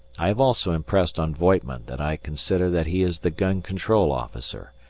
i have also impressed on voigtman that i consider that he is the gun control officer,